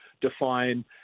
define